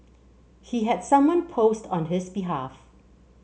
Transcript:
he had someone post on his behalf